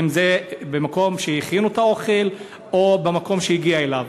אם במקום שהכינו את האוכל או במקום שהוא הגיע אליו.